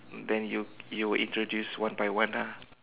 then you you will introduce one by one ah